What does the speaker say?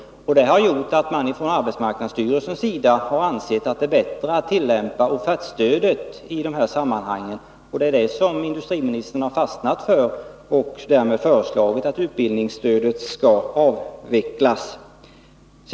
Det har gjort att man från arbetsmarknadsstyrelsens sida har ansett att det är bättre att tillämpa offertstödet i dessa sammanhang. Industriministern har fastnat för detta och därmed föreslagit att utbildningsstödet skall avvecklas.